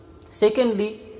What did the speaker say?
Secondly